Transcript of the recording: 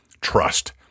trust